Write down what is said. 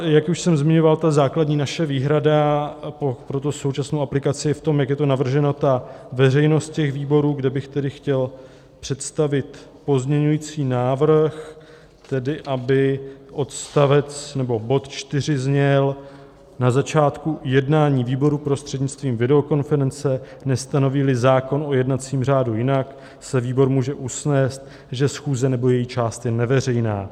Jak už jsem zmiňoval, naše základní výhrada pro tu současnou aplikaci v tom, jak je to navrženo, ta veřejnost těch výborů, kde bych tedy chtěl představit pozměňovací návrh, tedy aby bod 4 zněl: Na začátku jednání výboru prostřednictvím videokonference, nestanovíli zákon o jednacím řádu jinak, se výbor může usnést, že schůze nebo její část je neveřejná.